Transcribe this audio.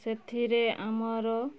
ସେଥିରେ ଆମର